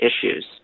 issues